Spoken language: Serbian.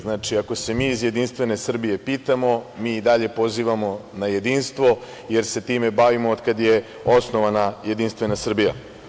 Znači, ako se mi iz Jedinstvene Srbije pitamo, mi i dalje pozivamo na jedinstvo, jer se time bavimo od kada je osnovana Jedinstvena Srbija.